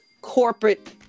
corporate